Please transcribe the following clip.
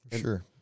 Sure